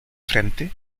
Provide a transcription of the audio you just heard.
frente